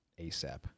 ASAP